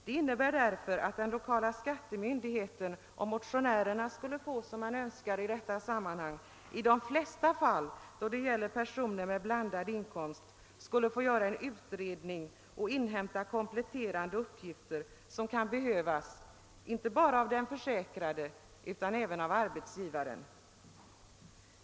Det innebär därför att den lokala skattemyndigheten, om motionärerna skulle få sin vilja igenom, i de flesta fall då det gäller personer med blandad inkomst skulle få göra en utredning och inhämta kompletterande uppgifter, inte bara av den försäkrade utan även av arbetsgivaren.